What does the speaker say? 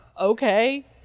okay